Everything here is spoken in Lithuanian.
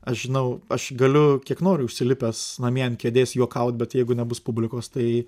aš žinau aš galiu kiek noriu užsilipęs namie ant kėdės juokaut bet jeigu nebus publikos tai